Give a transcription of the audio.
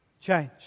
change